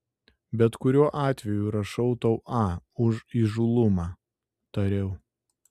bet kuriuo atveju rašau tau a už įžūlumą tariau